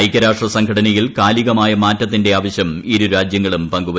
ഐക്യരാഷ്ട്ര സംഘടനയിൽ കാലികമായ മാറ്റത്തിന്റെ ആവശ്യം ഇരുരാജ്യങ്ങളും പങ്കുവച്ചു